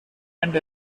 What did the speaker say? and